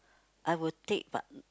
I will take but